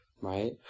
right